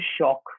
shock